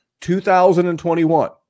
2021